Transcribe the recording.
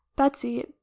Betsy